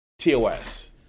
TOS